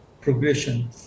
progression